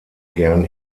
gern